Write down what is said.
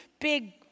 big